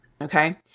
Okay